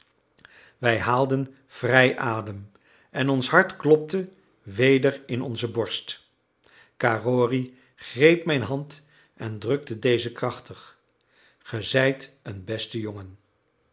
wij haalden vrij adem en ons hart klopte weder in onze borst carrory greep mijn hand en drukte deze krachtig ge zijt een beste jongen